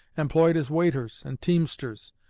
employed as waiters and teamsters,